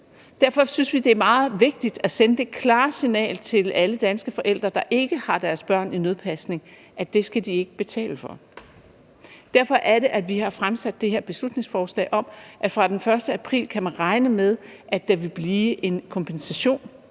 Derfor synes vi, det er meget vigtigt at sende det klare signal til alle danske forældre, der ikke har deres børn i nødpasning, at det skal de ikke betale for. Derfor har vi stillet det her ændringsforslag om, at man fra den 1. april kan regne med, at der vil blive en kompensation.